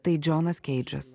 tai džonas keidžas